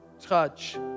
touch